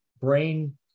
brain